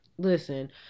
listen